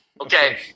Okay